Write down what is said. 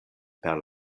per